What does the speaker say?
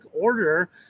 order